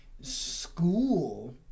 school